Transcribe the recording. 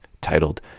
titled